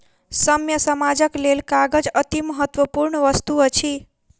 सभ्य समाजक लेल कागज अतिमहत्वपूर्ण वस्तु अछि